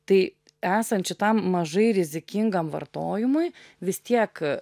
tai esant šitam mažai rizikingam vartojimui vis tiek